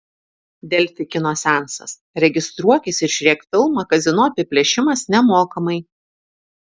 delfi kino seansas registruokis ir žiūrėk filmą kazino apiplėšimas nemokamai